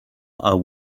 are